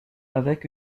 avec